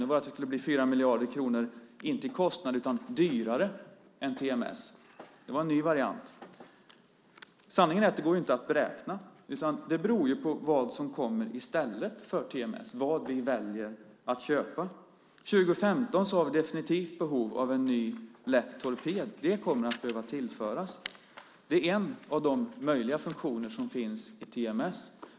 Den var att det skulle bli 4 miljarder kronor, inte i kostnad utan dyrare än TMS. Det var en ny variant. Sanningen är att det inte går att beräkna. Det beror ju på vad som kommer i stället för TMS - vad vi väljer att köpa. 2015 har vi definitivt behov av en ny, lätt torped. Det kommer att behöva tillföras. Det är en av de möjliga funktioner som finns i TMS.